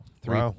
three